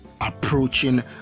approaching